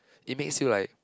it makes you like